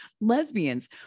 lesbians